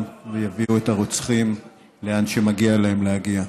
ויביאו את הרוצחים לאן שמגיע להם להגיע.